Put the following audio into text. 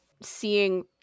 seeing